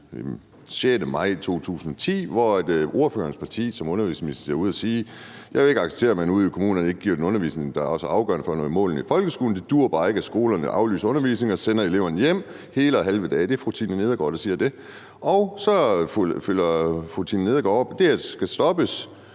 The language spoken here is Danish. som var fra ordførerens parti, var ude at sige: »Jeg vil ikke acceptere, at man ude i kommunerne ikke giver den undervisning, der er så afgørende for, at vi når målene i folkeskolen. Det duer bare ikke, at skolerne aflyser undervisningen og sender eleverne hjem hele og halve dage.« Det er fru Tina Nedergaard, der siger det, og så følger fru Tina Nedergaard op: »Det her skal stoppes«.